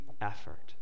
effort